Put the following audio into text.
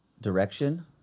direction